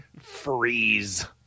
Freeze